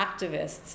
activists